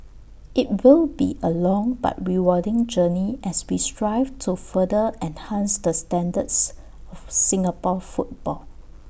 IT will be A long but rewarding journey as we strive to further enhance the standards of Singapore football